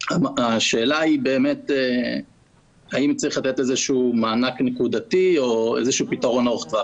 השאלה היא האם צריך לתת איזשהו מענק נקודתי או איזשהו פתרון ארוך טווח.